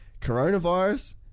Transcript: coronavirus